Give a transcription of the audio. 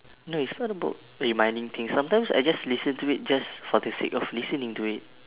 no it's not about reminding things sometimes I just listen to it just for the sake of listening to it